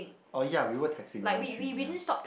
oh ya we were texting in between ya